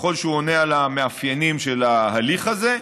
ככל שהוא עונה על המאפיינים של ההליך הזה.